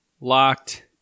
Locked